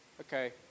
Okay